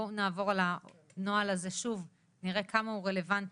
בואו נעבור על הנוהל הזה שוב על מנת להבין כמה הוא רלוונטי,